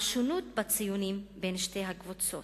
על שונות בציונים בין שתי הקבוצות,